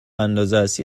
اندازست